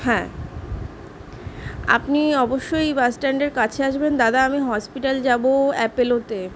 হ্যাঁ আপনি অবশ্যই বাসস্ট্যান্ডের কাছে আসবেন দাদা আমি হসপিটাল যাবো অ্যাপেলোতে